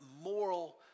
moral